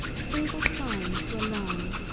a single climb to a line,